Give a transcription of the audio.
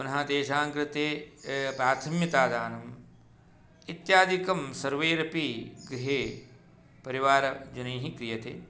पुनः तेषाङ्कृते प्राथम्यतादानम् इत्यादिकं सर्वेैरपि गृहे परिवारजनैः क्रियते